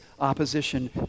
opposition